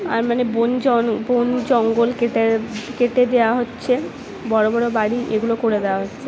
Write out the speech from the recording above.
আর মানে বন জন বন জঙ্গল কেটে কেটে দেওয়া হচ্ছে বড়ো বড়ো বাড়ি এগুলো করে দেওয়া হচ্ছে